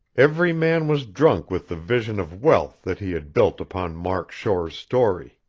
every man was drunk with the vision of wealth that he had built upon mark shore's story.